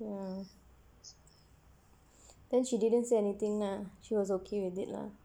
uh then she didn't say anything lah she was okay with it lah